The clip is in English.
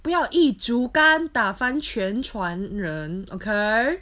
不要一竹竿打翻全船人 okay